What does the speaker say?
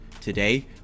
Today